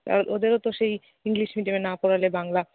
আর ওদেরও তো সেই ইংলিশ মিডিয়ামে না পড়ালে বাংলা